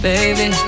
Baby